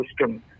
system